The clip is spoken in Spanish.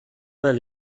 del